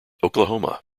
oklahoma